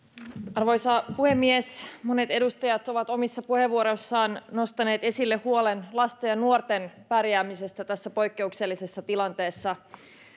arvoisa puhemies monet edustajat ovat omissa puheenvuoroissaan nostaneet esille huolen lasten ja nuorten pärjäämisestä tässä poikkeuksellisessa tilanteessa